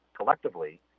Collectively